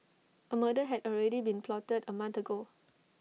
A murder had already been plotted A month ago